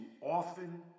often